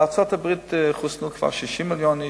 בארצות-הברית חוסנו כבר 60 מיליון איש,